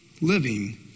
living